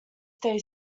stay